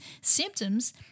symptoms